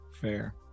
fair